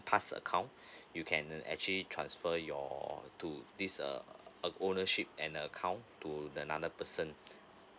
pass account you can actually transfer your to this uh uh ownership and account to another person